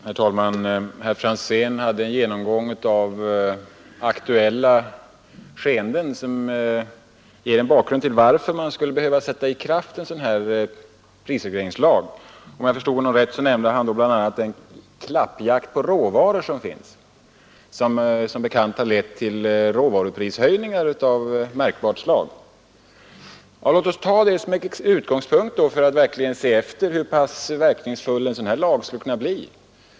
Herr talman! Herr Franzén hade en genomgång av aktuella skeenden, som ger en bakgrund till varför man skulle behöva sätta en prisregleringslag i kraft. Han nämnde därvid som orsak bl.a. den klappjakt på råvaror som finns — om jag förstod honom rätt. Denna har som bekant lett till råvaruprishöjningar av märkbart slag. Låt oss ta detta till utgångspunkt för att se hur pass verkningsfull en sådan lag skulle kunna bli.